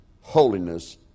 holiness